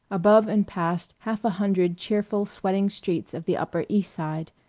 above and past half a hundred cheerful sweating streets of the upper east side,